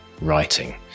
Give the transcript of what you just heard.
writing